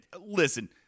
listen